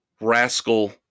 rascal